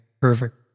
perfect